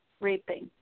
reaping